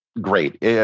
great